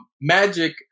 Magic